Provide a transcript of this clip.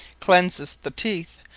cleanseth the teeth,